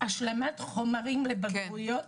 השלמת חומרים לבגרויות.